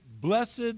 blessed